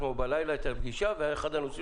אתמול בלילה הייתה לי פגישה ואחד הנושאים